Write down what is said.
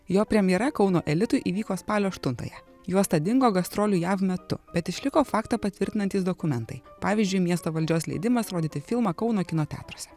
jo premjera kauno elitui įvyko spalio aštuntąją juosta dingo gastrolių jav metu bet išliko faktą patvirtinantys dokumentai pavyzdžiui miesto valdžios leidimas rodyti filmą kauno kino teatruose